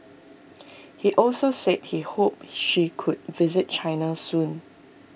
he also said he hoped she could visit China soon